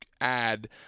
add